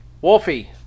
wolfie